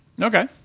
Okay